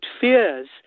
fears